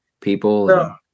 people